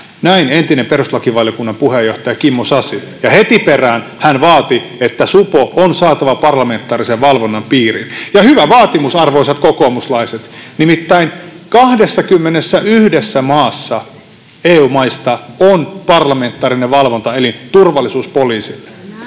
Näin entinen perustuslakivaliokunnan puheenjohtaja Kimmo Sasi. Ja heti perään hän vaati, että supo on saatava parlamentaarisen valvonnan piiriin. Hyvä vaatimus, arvoisat kokoomuslaiset, nimittäin 21 EU-maassa on parlamentaarinen valvontaelin turvallisuuspoliisille.